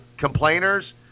complainers